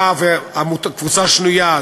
באה קבוצה שנייה,